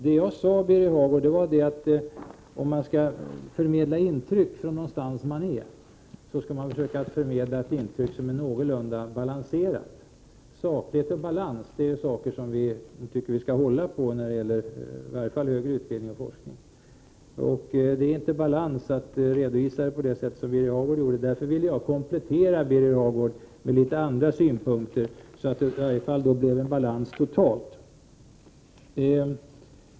Det jag sade, Birger Hagård, var att om man skall förmedla intryck så skall man försöka förmedla ett intryck som någorlunda är balanserat. Saklighet och balans är någonting som jag tycker att vi skall hålla på i varje fall när det gäller utbildning och forskning. Birger Hagård har inte lämnat en balanserad redovisning. Därför ville jag komplettera Birger Hagårds synpunkter med litet andra så att det i alla fall blir en balans totalt sett.